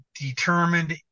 determined